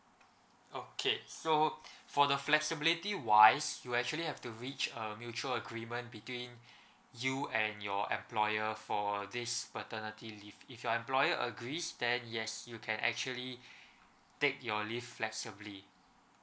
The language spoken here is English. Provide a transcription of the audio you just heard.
okay so for the flexibility wise you actually have to reach a mutual agreement between you and your employer for this paternity leave if your employer agrees then yes you can actually take your leave flexibly